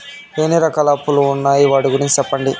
ఎన్ని రకాల అప్పులు ఉన్నాయి? వాటి గురించి సెప్పండి?